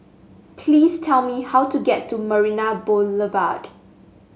please tell me how to get to Marina Boulevard